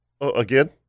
Again